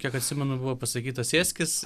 kiek atsimenu buvo pasakyta sėskis